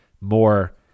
more